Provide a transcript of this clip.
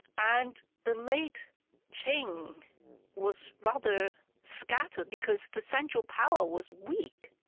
and the late qing was rather scattered because the central power was weak.